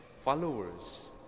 followers